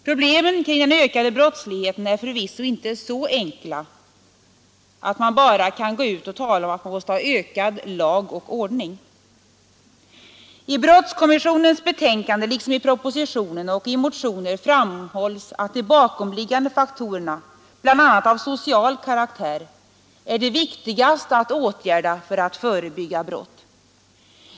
Problemen kring den ökande brottsligheten är förvisso inte så enkla att man bara kan gå ut och tala om att man måste ha ökad lag och ordning. I brottskommissionens betänkande, liksom i propositionen och i motioner, framhålls att de bakomliggande faktorerna, bl.a. av social karaktär, är de viktigaste att åtgärda för att förebygga brott.